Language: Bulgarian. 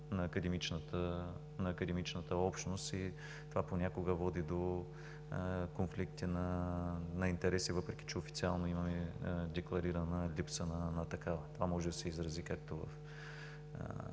на академичната общност и това понякога води до конфликти на интереси, въпреки че официално имаме декларирана липса на такива. Това може да се изрази както с